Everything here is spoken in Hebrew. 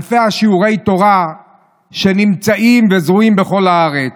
אלפי שיעורי התורה שנמצאים וזרועים בכל הארץ,